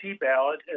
ballot